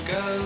go